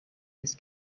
this